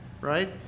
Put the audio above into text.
right